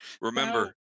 remember